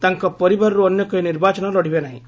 ତାଙ୍କ ପରିବାରରୁ ଅନ୍ୟ କେହି ନିର୍ବାଚନ ଲଢ଼ିବେ ନାହିଁ